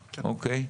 אוקיי.